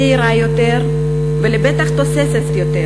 צעירה יותר ולבטח תוססת יותר.